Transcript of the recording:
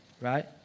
Right